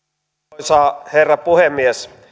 arvoisa herra puhemies